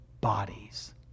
bodies